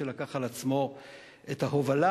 שלקח על עצמו את ההובלה.